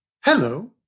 hello